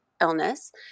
illness